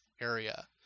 area